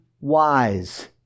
wise